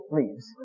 leaves